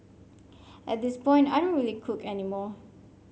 at this point I don't really cook any more